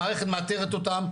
המערכת מאתרת אותם,